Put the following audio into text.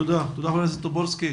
תודה, חבר הכנסת טופורובסקי.